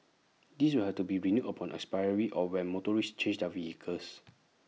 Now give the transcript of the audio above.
this will have to be renewed upon expiry or when motorists change their vehicles